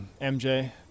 MJ